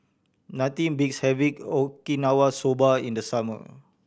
nothing beats having Okinawa Soba in the summer